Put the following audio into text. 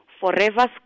forever